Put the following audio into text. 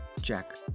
Jack